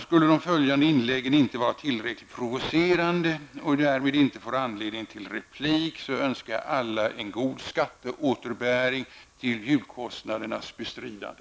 Skulle de följande inläggen inte vara tillräckligt provocerande och jag därmed inte får anledning till replik, önskar jag alla en god skatteåterbäring till julkostnadernas bestridande.